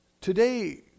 Today